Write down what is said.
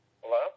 Hello